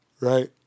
Right